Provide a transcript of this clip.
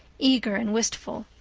eager and wistful.